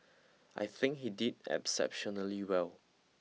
I think he did exceptionally well